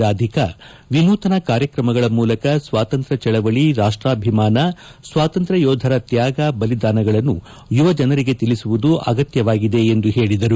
ರಾಧಿಕಾ ವಿನೂತನ ಕಾರ್ಯಕ್ರಮಗಳ ಮೂಲಕ ಸ್ನಾತಂತ್ರ್ಯ ಚಳವಳಿ ರಾಷ್ಟಾಭಿಮಾನ ಸ್ವಾತಂತ್ರ್ಯ ಯೋಧರ ತ್ಯಾಗ ಬಲಿದಾನಗಳನ್ನು ಯುವ ಜನರಿಗೆ ತಿಳಿಸುವುದು ಆಗತ್ಯವಾಗಿದೆ ಎಂದು ಹೇಳಿದರು